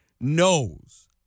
knows